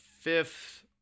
fifth